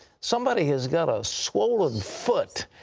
somebody has got a swollen foot.